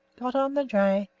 got on the dray,